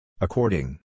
According